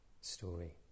story